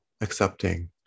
accepting